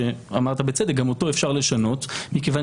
שאמרת בצדק שגם אותו אפשר לשנות מכיוון